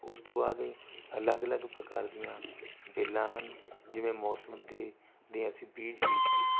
ਉਸ ਤੋਂ ਬਾਅਦ ਅਲੱਗ ਅਲੱਗ ਪ੍ਰਕਾਰ ਦੀਆਂ ਵੇਲਾਂ ਹਨ ਜਿਵੇਂ ਮੌਸਮ ਦੇ ਦੇ ਅਸੀਂ ਬੀਜ ਬੀਜ ਕੇ